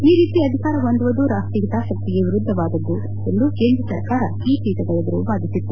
ಈ ರೀತಿ ಅಧಿಕಾರ ಹೊಂದುವುದು ರಾಷ್ಲೀಯ ಹಿತಾಸಕ್ತಿಗೆ ವಿರುದ್ದವಾದುದು ಎಂದು ಕೇಂದ್ರ ಸರ್ಕಾರ ಈ ಪೀಠದ ಎದುರು ವಾದಿಸಿತ್ತು